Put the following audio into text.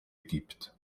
gibt